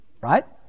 Right